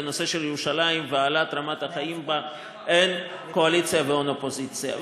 בנושא של ירושלים והעלאת רמת החיים בה אין קואליציה ואין אופוזיציה.